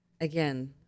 Again